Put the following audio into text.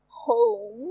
home